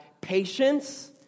patience